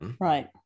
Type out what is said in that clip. Right